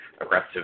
aggressive